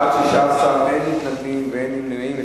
בעד, 16, אין מתנגדים ואין נמנעים.